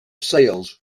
sales